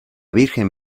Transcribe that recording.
virgen